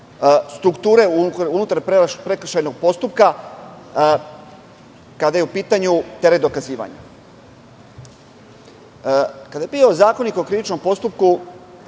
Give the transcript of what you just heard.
strukture unutar prekršajnog postupka, kada je u pitanju teret dokazivanja. Kada je bio Zakonik o krivičnom postupku